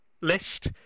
list